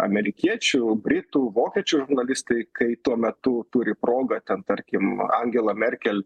amerikiečių britų vokiečių žurnalistai kai tuo metu turi progą ten tarkim angela merkel